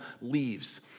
leaves